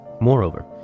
moreover